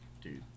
dude